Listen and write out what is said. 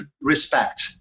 respect